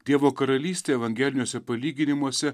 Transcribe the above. dievo karalystė evangeliniuose palyginimuose